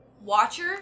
Watcher